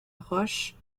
roche